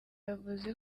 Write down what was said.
yavuze